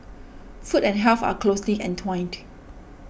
food and health are closely entwined